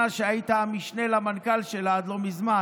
שהיית המשנה למנכ"ל שלה עד לא מזמן.